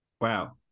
Wow